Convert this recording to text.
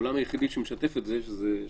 העולם היחיד שמשותף לזה הוא